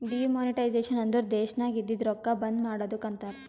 demonetisation ಅಂದುರ್ ದೇಶನಾಗ್ ಇದ್ದಿದು ರೊಕ್ಕಾ ಬಂದ್ ಮಾಡದ್ದುಕ್ ಅಂತಾರ್